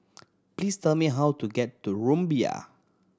please tell me how to get to Rumbia